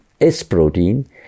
S-protein